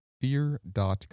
Fear.com